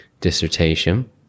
dissertation